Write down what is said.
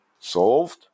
solved